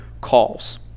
calls